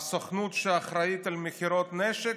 הסוכנות שאחראית למכירות נשק,